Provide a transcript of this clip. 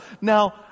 Now